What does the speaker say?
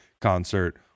concert